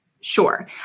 Sure